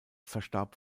verstarb